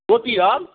অ' কি হ'ল